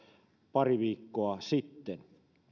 pari viikkoa sitten